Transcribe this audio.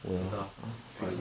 later lor before I go